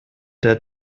der